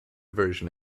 version